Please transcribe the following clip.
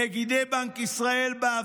מיקי לוי (יש עתיד): נגידי בנק ישראל בעבר,